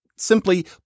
simply